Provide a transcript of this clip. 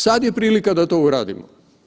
Sada je prilika da to uradimo.